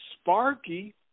Sparky